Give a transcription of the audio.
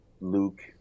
luke